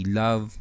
love